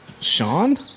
Sean